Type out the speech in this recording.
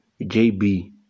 JB